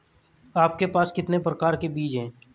आपके पास कितने प्रकार के बीज हैं?